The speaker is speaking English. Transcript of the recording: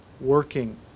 working